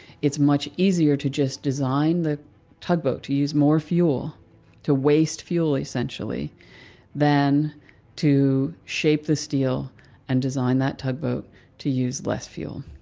it's much easier to just design the tugboat to use more fuel to waste fuel essentially than to shape the steel and design that tugboat to use less fuel.